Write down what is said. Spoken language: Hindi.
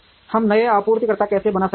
हम नए आपूर्तिकर्ता कैसे बना सकते हैं